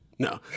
No